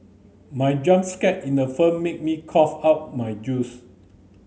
my jump scare in the firm made me cough out my juice